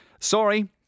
sorry